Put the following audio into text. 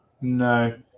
No